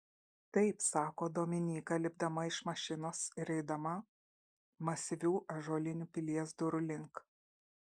taip sako dominyka lipdama iš mašinos ir eidama masyvių ąžuolinių pilies durų link